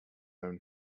own